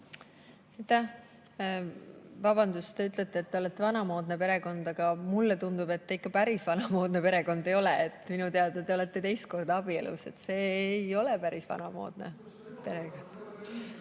Vabandust, te ütlete, et te olete vanamoodne perekond, aga mulle tundub, et te ikka päris vanamoodne perekond ei ole. Minu teada te olete teist korda abielus, see ei ole päris vanamoodne.